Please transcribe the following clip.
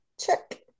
check